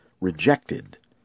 rejected